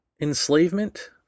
enslavement